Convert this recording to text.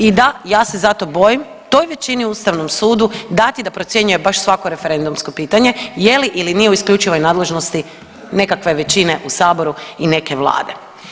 I da, ja se zato bojim toj većini Ustavnom sudu dati da procjenjuje baš svako referendumsko pitanje je li ili nije u isključivoj nadležnosti nekakve većine u saboru i neke vlade.